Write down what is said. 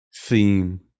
theme